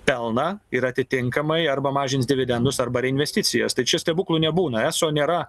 pelną ir atitinkamai arba mažins dividendus arba ir investicijas tai čia stebuklų nebūna eso nėra